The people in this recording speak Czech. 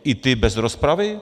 I ty bez rozpravy?